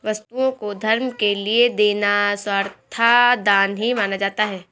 वस्तुओं को धर्म के लिये देना सर्वथा दान ही माना जाता है